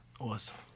Awesome